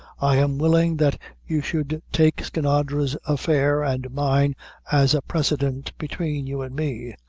i am willing that you should take skinadre's affair and mine as a precedent between you and me.